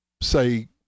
say